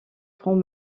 francs